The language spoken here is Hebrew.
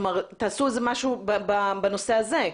תעשו משהו בנושא הזה.